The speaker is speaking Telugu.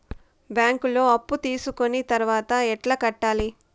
బ్యాంకులో అప్పు తీసుకొని తర్వాత ఎట్లా కట్టాలి?